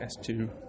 S2